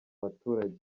baturage